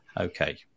Okay